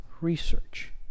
research